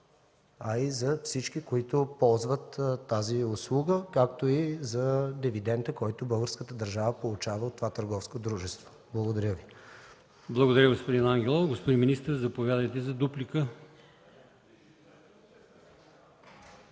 а и за всички, които ползват тази услуга, както и за дивидента, който българската държава получава от това търговско дружество. Благодаря Ви. ПРЕДСЕДАТЕЛ АЛИОСМАН ИМАМОВ: Благодаря, господин Ангелов. Господин министър, заповядайте за дуплика.